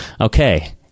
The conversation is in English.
Okay